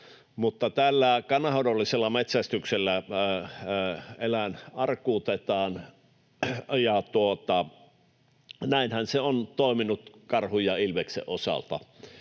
Tällä kannanhoidollisella metsästyksellä eläin arkuutetaan, ja näinhän se on toiminut karhun ja ilveksen osalta.